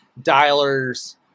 dialers